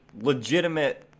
legitimate